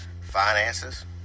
finances